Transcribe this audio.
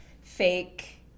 fake